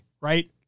right